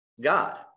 God